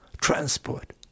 transport